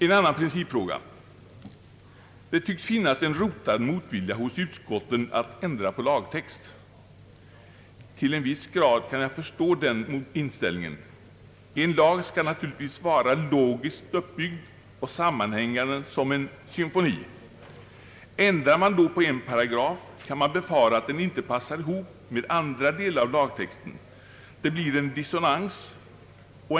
En annan principfråga: det tycks finnas en djupt rotad motvilja hos utskot ten mot att ändra på lagtexter. Till en viss grad kan jag förstå den inställningen. En lag skall naturligtvis vara logiskt uppbyggd och sammanhängande som en symfoni. Ändrar man då på en paragraf, kan man befara att den sedan inte passar ihop med andra delar av lagtexten utan att det blir en dissonans.